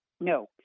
no